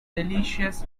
delicious